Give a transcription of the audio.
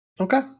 Okay